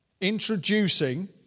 introducing